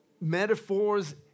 metaphors